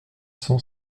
cent